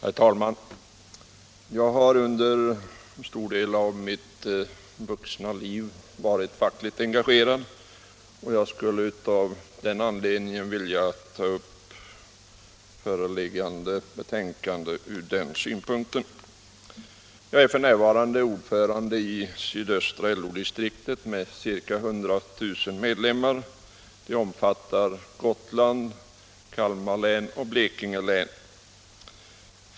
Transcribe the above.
Herr talman! Jag har under stor del av mitt vuxna liv varit fackligt engagerad, och jag skulle av den anledningen vilja ta upp föreliggande betänkande ur den synpunkten. Jag är f.n. ordförande i sydöstra LO-distriktet med ca 100 000 medlemmar. Det omfattar Gotland, Kalmar län och Blekinge län.